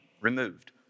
removed